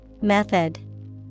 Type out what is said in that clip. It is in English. Method